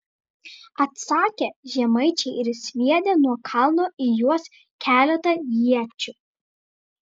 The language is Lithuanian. atsakė žemaičiai ir sviedė nuo kalno į juos keletą iečių